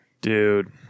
dude